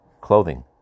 clothing